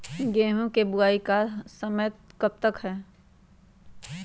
गेंहू की बुवाई का समय कब तक है?